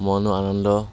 মনো আনন্দ